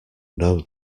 know